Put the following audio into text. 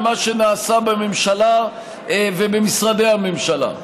על מה שנעשה בממשלה ובמשרדי הממשלה.